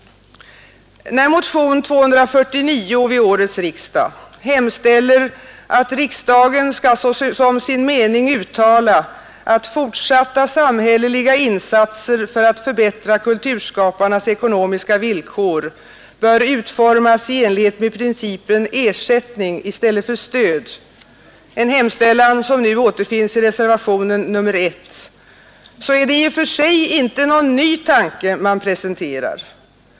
När motionen 249 vid årets riksdag hemställer att riksdagen skall som sin mening uttala att fortsatta samhälleliga insatser för att förbättra kulturskaparnas ekonomiska villkor bör utformas i enlighet med principen ersättning i stället för stöd — en hemställan som nu återfinns i reservationen 1 — så är det i och för sig inte en ny tanke man presenterar.